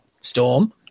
Storm